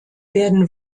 werden